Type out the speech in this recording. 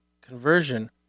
conversion